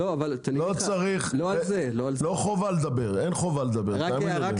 לא צריך אין חובה לדבר תאמינו לי.